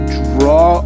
draw